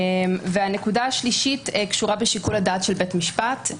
הנקודה השלישית קשורה בשיקול הדעת של בית משפט.